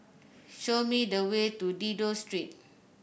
show me the way to Dido Street